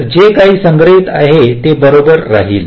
तर जे काही संग्रहित आहे ते बरोबर राहील